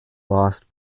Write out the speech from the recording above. lost